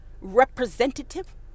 representative